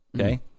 Okay